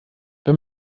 wenn